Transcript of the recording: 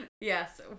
yes